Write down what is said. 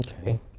Okay